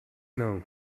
know